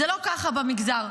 זה לא ככה במגזר,